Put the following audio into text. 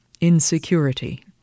insecurity